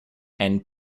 and